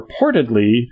reportedly